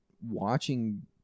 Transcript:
watching